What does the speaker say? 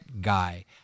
guy